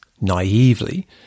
naively